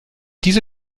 diese